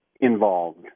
involved